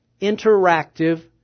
interactive